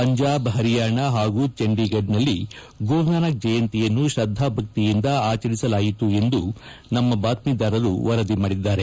ಪಂಜಾಬ್ ಹರಿಯಾಣ ಹಾಗೂ ಚಂಡೀಗಢದಲ್ಲಿ ಗುರುನಾನಕ್ ಜಯಂತಿಯನ್ನು ತ್ರದ್ದಾ ಭಕ್ತಿಯಿಂದ ಆಚರಿಸಲಾಯಿತು ಎಂದು ನಮ್ನ ಬಾತ್ತೀದಾರರು ವರದಿ ಮಾಡಿದ್ದಾರೆ